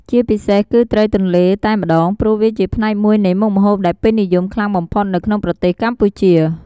ជាពិសេសគឺត្រីទន្លេតែម្ដងព្រោះវាជាផ្នែកមួយនៃមុខម្ហូបដែលពេញនិយមខ្លាំងបំផុតនៅក្នុងប្រទេសកម្ពុជា។